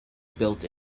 built